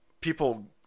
people